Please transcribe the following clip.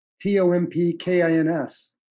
T-O-M-P-K-I-N-S